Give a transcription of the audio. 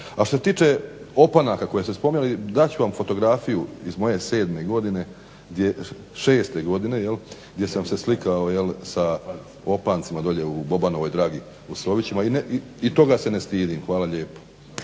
A što se tiče opanaka koje ste spominjali dat ću vam fotografiju iz moje 7. godine, 6. godine jel' gdje sam se slikao sa opancima dolje u Bobanovoj Dragi u Sovićima i toga se ne stidim. Hvala lijepo.